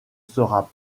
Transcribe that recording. sera